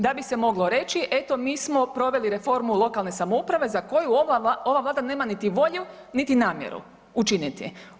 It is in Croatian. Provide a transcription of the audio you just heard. Da bi se moglo reći eto mi smo proveli reformu lokalne samouprave za koju ova vlada nema niti volju, niti namjeru učiniti.